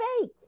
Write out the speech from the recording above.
fake